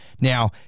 Now